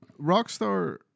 Rockstar